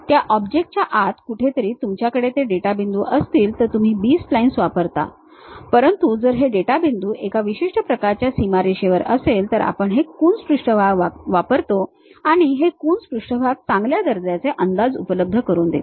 त्या ऑब्जेक्टच्या आत कुठेतरी तुमच्याकडे ते डेटा बिंदू असतील तर तुम्ही B splines वापरता परंतु जर हा डेटा बिंदू एका विशिष्ट प्रकारच्या सीमारेषेवर असेल तर आपण हे कून्स पृष्ठभाग वापरतो आणि हे कून्स पृष्ठभाग चांगल्या दर्जाचे अंदाज उपलब्ध करून देतात